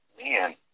man